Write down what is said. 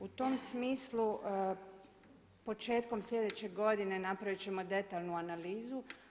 U tom smislu početkom slijedeće godine napravit ćemo detaljnu analizu.